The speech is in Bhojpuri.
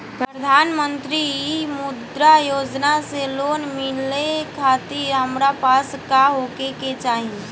प्रधानमंत्री मुद्रा योजना से लोन मिलोए खातिर हमरा पास का होए के चाही?